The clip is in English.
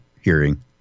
hearing